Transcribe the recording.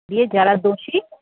দিয়ে যারা দোষী